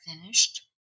finished